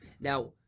Now